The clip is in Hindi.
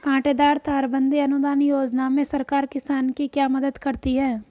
कांटेदार तार बंदी अनुदान योजना में सरकार किसान की क्या मदद करती है?